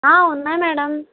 ఉన్నాయి మేడం